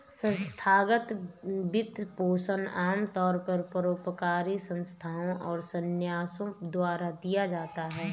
संस्थागत वित्तपोषण आमतौर पर परोपकारी संस्थाओ और न्यासों द्वारा दिया जाता है